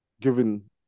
given